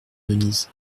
denise